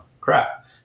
crap